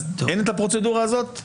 אז אין את הפרוצדורה הזאת?